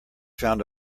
found